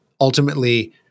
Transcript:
ultimately